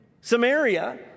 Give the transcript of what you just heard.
Samaria